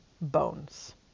bones